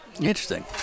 Interesting